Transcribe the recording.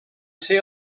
ser